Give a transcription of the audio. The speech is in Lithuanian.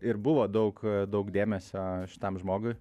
ir buvo daug daug dėmesio šitam žmogui